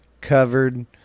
covered